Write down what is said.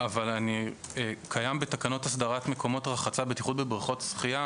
בתקנות הסדרת מקומות רחצה ובטיחות בבריכות שחייה